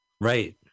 Right